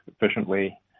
efficiently